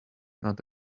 not